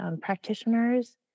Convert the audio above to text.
practitioners